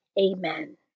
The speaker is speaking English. Amen